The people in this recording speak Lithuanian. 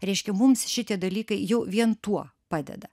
reiškia mums šitie dalykai jau vien tuo padeda